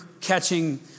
catching